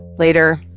later,